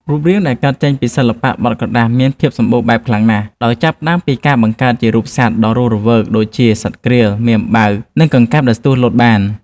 រូបរាងដែលកើតចេញពីសិល្បៈបត់ក្រដាសមានភាពសម្បូរបែបខ្លាំងណាស់ ដោយចាប់ផ្ដើមពីការបង្កើតជារូបសត្វដ៏រស់រវើកដូចជា សត្វក្រៀល មេអំបៅ និងកង្កែបដែលស្ទុះលោតបាន។